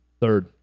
Third